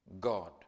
God